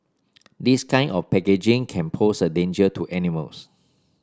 this kind of packaging can pose a danger to animals